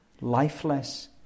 lifeless